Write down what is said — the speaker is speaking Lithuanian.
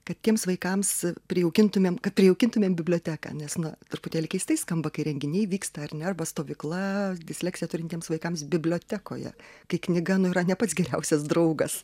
kad tiems vaikams prijaukintumėm kad prijaukintumėm biblioteką nes na truputėlį keistai skamba kai renginiai vyksta ar ne arba stovykla disleksiją turintiems vaikams bibliotekoje kai knyga nu yra ne pats geriausias draugas